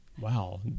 wow